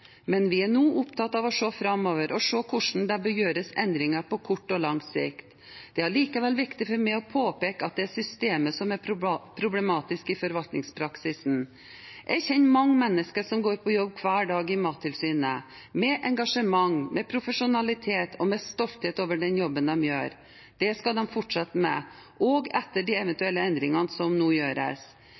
Men vi er nå opptatt av å se framover og se på hvordan det bør gjøres endringer på kort og lang sikt. Det er allikevel viktig for meg å påpeke at det er systemet som er problematisk i forvaltningspraksisen. Jeg kjenner mange mennesker som går på jobb hver dag i Mattilsynet med engasjement, med profesjonalitet og med stolthet over den jobben de gjør. Det skal de fortsette med, også etter de eventuelle endringene som nå gjøres.